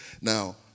Now